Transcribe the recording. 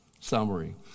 Summary